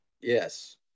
Yes